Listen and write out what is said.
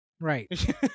Right